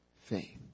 faith